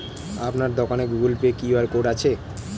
আপনার দোকানে Google Pay QR code আছে?